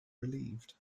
relieved